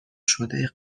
شده